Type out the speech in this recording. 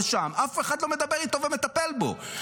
אבל שם אף אחד לא מדבר איתו ומטפל בו.